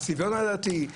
הסגנון הדתי,